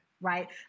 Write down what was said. Right